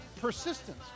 Persistence